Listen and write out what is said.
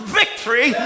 victory